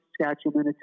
Saskatchewan